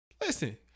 Listen